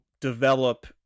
develop